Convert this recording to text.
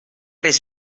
res